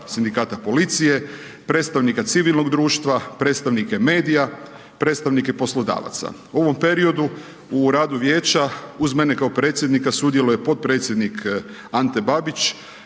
Sindikata policije, predstavnika civilnog društva, predstavnike medija, predstavnike poslodavaca. U ovom periodu u radu vijeća uz mene kao predsjednika sudjeluje potpredsjednik Ante Babić,